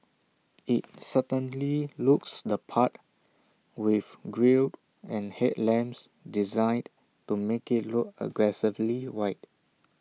IT certainly looks the part with grille and headlamps designed to make IT look aggressively wide